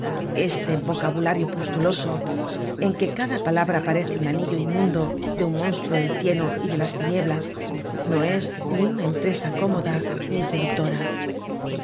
este vocabulario pustuloso en que cada palabra parece un anillo inmundo de un monstruo del cieno y de las tinieblas no es ni una empresa cómoda ni seductora